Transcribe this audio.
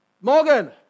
Morgan